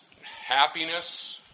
happiness